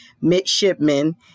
midshipmen